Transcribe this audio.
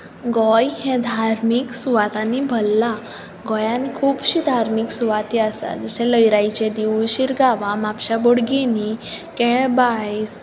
गोंय हें धार्मीक सुवातांनी भरलां गोंयांत खुबशीं धार्मीक सुवाती आसात जशीं लयराईचें देवूळ शिरगांवा म्हापशां बोडगिनी केळबाई